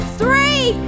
three